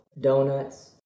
Donuts